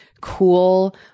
cool